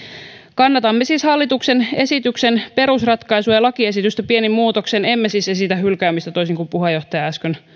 kannatamme siis hallituksen esityksen perusratkaisuja ja lakiesitystä pienin muutoksin emme siis esitä hylkäämistä toisin kuin puheenjohtaja äsken